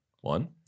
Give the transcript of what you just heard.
one